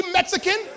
Mexican